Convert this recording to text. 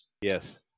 Yes